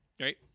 right